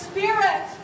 Spirit